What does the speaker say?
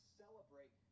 celebrate